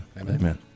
Amen